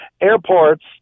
airports